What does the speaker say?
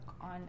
on